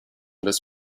this